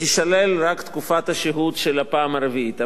תישלל רק תקופת השהות של הפעם הרביעית,